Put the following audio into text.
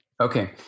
okay